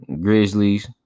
Grizzlies